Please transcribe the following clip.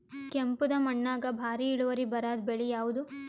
ಕೆಂಪುದ ಮಣ್ಣಾಗ ಭಾರಿ ಇಳುವರಿ ಬರಾದ ಬೆಳಿ ಯಾವುದು?